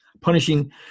punishing